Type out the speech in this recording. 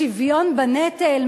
שוויון בנטל,